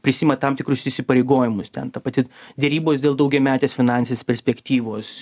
prisiima tam tikrus įsipareigojimus ten ta pati derybos dėl daugiametės finansės perspektyvos